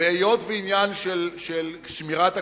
והיות שהוא עניין של שמירת הכללים,